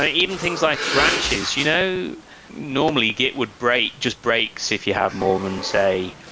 ah even things like branches, you know normally git would break, just breaks if you have more than, say,